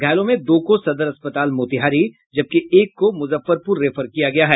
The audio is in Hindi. घायलों में दो को सदर अस्पताल मोतिहारी जबकि एक को मुजफ्फरपुर रेफर किया गया है